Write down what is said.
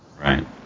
Right